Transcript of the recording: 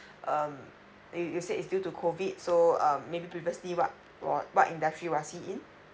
um you you say is due to COVID so um maybe previously what was what industry was he in